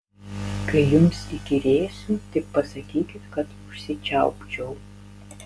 kai jums įkyrėsiu tik pasakykit kad užsičiaupčiau